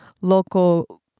local